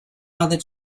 other